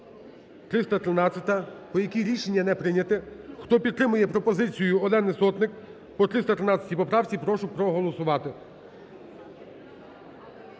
313, по якій рішення не прийняте. Хто підтримує пропозицію Олени Сотник по 313 поправці, прошу проголосувати.